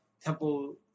Temple